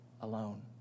alone